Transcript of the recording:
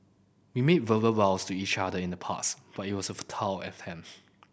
we made verbal vows to each other in the past but it was a futile attempt